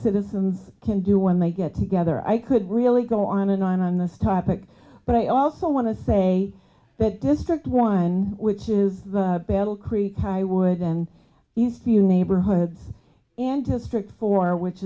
citizens can do when they get together i could really go on and on on this topic but i also want to say that district one which is the battle creek high wooden used to neighborhoods and district